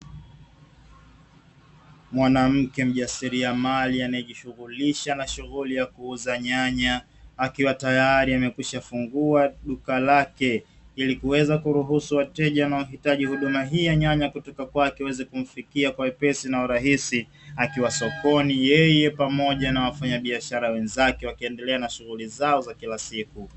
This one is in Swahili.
Mwanamke mjasiriamali anayejishughulisha na shughuli ya kuuza nyanya akiwa tayari amekwisha fungua duka lake, ili kuweza kuruhusu wateja wanaohitaji huduma hii ya nyanya kutoka kwake iweze kumfikia kwa uwepesi na urahisi, akiwa sokoni yeye pamoja na wafanyabiashara wenzake wakiendelea na shughuli zao za kila siku.